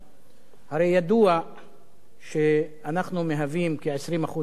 הרי ידוע שאנחנו מהווים כ-20% מהאוכלוסייה,